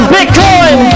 Bitcoin